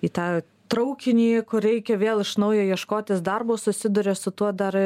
į tą traukinį kur reikia vėl iš naujo ieškotis darbo susiduria su tuo dar